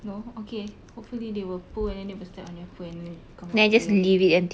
no okay hopefully they will poo and then they will step on your food and then climb up to your bed